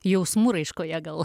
jausmų raiškoje gal